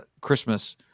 Christmas